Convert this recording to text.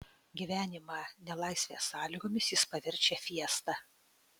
gyvenimą nelaisvės sąlygomis jis paverčia fiesta